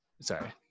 Sorry